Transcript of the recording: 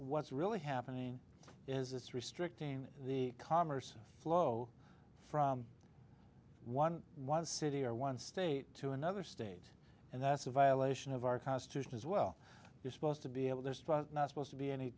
what's really happening is it's restricting the commerce flow from one one city or one state to another state and that's a violation of our constitution as well you're supposed to be able to not supposed to be any